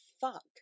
fuck